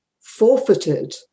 forfeited